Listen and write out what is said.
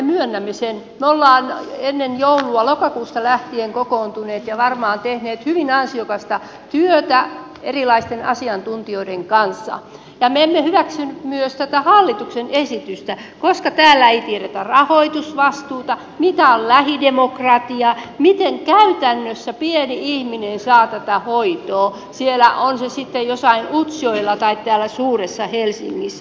me olemme ennen joulua lokakuusta lähtien kokoontuneet ja varmaan tehneet hyvin ansiokasta työtä erilaisten asiantuntijoiden kanssa ja me emme hyväksy myöskään tätä hallituksen esitystä koska täällä ei tiedetä rahoitusvastuuta mitä on lähidemokratia miten käytännössä pieni ihminen saa tätä hoitoa siellä on hän sitten jossain utsjoella tai täällä suuressa helsingissä